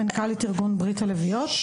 מנכ"לית ארגון "ברית הלביאות".